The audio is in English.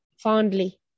Fondly